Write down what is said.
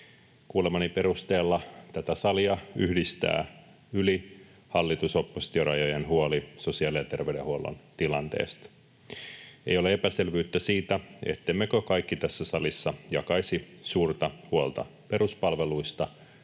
Kuulemani perusteella tätä salia yhdistää yli hallitus—oppositio-rajojen huoli sosiaali- ja terveydenhuollon tilanteesta. Ei ole epäselvyyttä siitä, ettemmekö kaikki tässä salissa jakaisi suurta huolta peruspalveluista